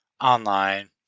online